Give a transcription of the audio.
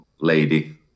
lady